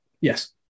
Yes